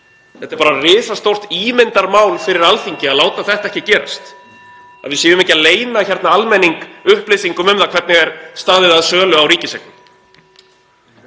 Það er risastórt ímyndarmál fyrir Alþingi að láta þetta ekki gerast, að við séum ekki að leyna almenningi upplýsingum um hvernig staðið er að sölu á ríkiseignum.